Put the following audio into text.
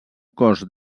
cos